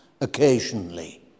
occasionally